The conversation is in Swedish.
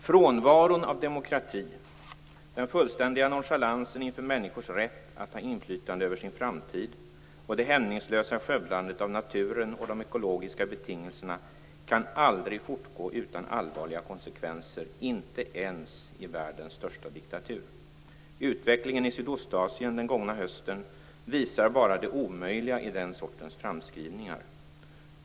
Frånvaron av demokrati, den fullständiga nonchalansen inför människors rätt att ha inflytande över sin framtid och det hämningslösa skövlandet av naturen och de ekologiska betingelserna kan aldrig fortgå utan allvarliga konsekvenser - inte ens i världens största diktatur. Utvecklingen i Sydostasien den gångna hösten visar bara det omöjliga i den sortens framskrivningar.